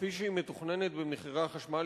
כפי שהיא מתוכננת במחירי החשמל,